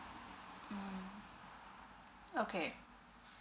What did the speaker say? mm okay